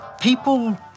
people